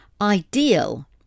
Ideal